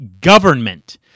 government